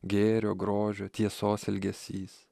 gėrio grožio tiesos ilgesys